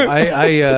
i